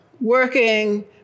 working